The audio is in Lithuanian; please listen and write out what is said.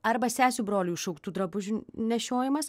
arba sesių brolių išaugtų drabužių nešiojimas